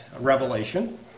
revelation